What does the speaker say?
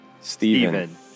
Stephen